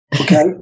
Okay